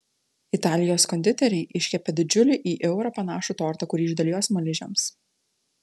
italijos konditeriai iškepė didžiulį į eurą panašų tortą kurį išdalijo smaližiams